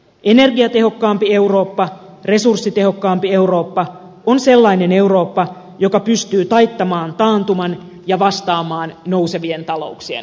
energiatehokkaampi eurooppa resurssitehokkaampi eurooppa on sellainen eurooppa joka pystyy taittamaan taantuman ja vastaamaan nousevien talouksien haasteeseen